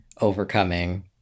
overcoming